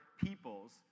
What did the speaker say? peoples